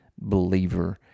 believer